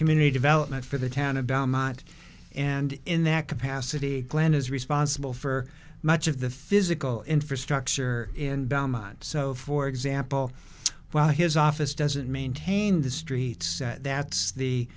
community development for the town of dominant and in that capacity glenn is responsible for much of the physical infrastructure in belmont so for example while his office doesn't maintain the streets that's the